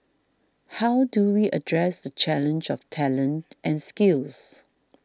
how do we address the challenge of talent and skills